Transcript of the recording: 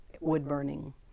wood-burning